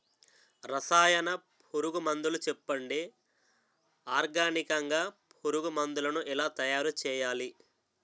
రసాయన పురుగు మందులు చెప్పండి? ఆర్గనికంగ పురుగు మందులను ఎలా తయారు చేయాలి?